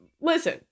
listen